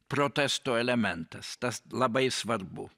protesto elementas tas labai svarbu